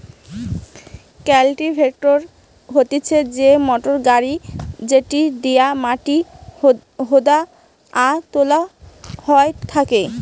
cultivator হতিছে সেই motor গাড়ি যেটি দিয়া মাটি হুদা আর তোলা হয় থাকে